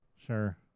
Sure